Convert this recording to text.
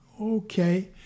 okay